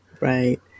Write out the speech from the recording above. right